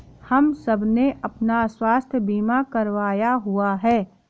हम सबने अपना स्वास्थ्य बीमा करवाया हुआ है